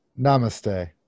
Namaste